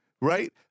right